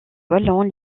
wallon